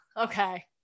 okay